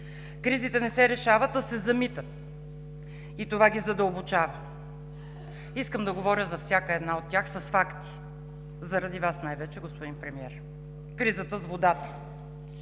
Кризите не се решават, а се замитат и това ги задълбочава. Искам да говоря за всяка една от тях с факти заради Вас най-вече, господин Премиер. Кризата с водата.